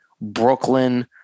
Brooklyn